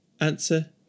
Answer